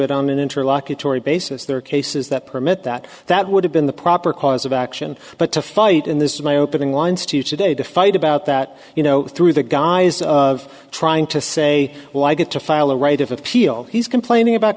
interlocutory basis there are cases that permit that that would have been the proper cause of action but to fight in this is my opening lines to today to fight about that you know through the guise of trying to say well i get to file a right of appeal he's complaining about